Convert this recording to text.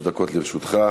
שלוש דקות לרשותך,